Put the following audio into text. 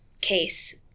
case